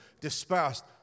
dispersed